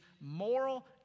moral